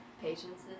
Patience